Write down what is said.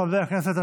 חברי הכנסת,